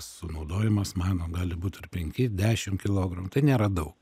sunaudojimas mano gali būt ir penki dešim kilogramų nėra daug